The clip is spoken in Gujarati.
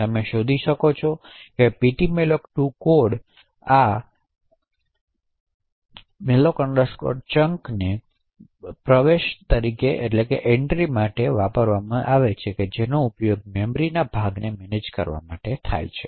તમે શોધી શકો છો ptmalloc2 કોડ અને આસ્થિત કરો malloc chunk ને અને તે બધી પ્રવેશો જુઓ કે જેનો ઉપયોગ મેમરીના ભાગને મેનેજ કરવા માટે થાય છે